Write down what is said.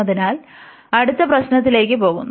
അതിനാൽ അടുത്ത പ്രശ്നത്തിലേക്ക് പോകുന്നു